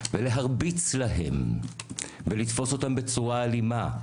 ולהרביץ להם ולתפוס אותם בצורה אלימה.